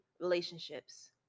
relationships